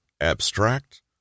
abstract